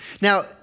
Now